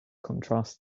contrasts